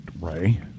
ray